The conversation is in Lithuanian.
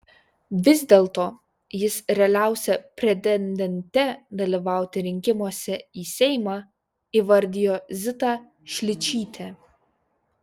vis dėlto jis realiausia pretendente dalyvauti rinkimuose į seimą įvardijo zitą šličytę